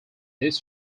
this